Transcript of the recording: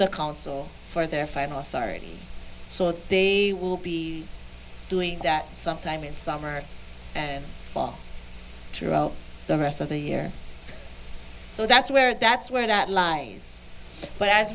the council for their final authority so they will be doing that sometime in summer and fall throughout the rest of the year so that's where that's where that lies but as